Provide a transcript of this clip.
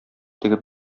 тегеп